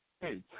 hey